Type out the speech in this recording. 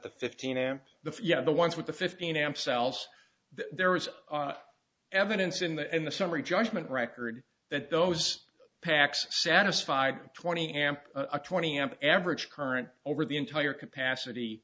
the fifteen amp the yeah the ones with the fifteen amp cells there is evidence in the in the summary judgment record that those packs satisfied twenty amp a twenty amp average current over the entire capacity